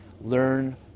learn